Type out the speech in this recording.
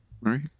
Right